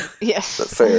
Yes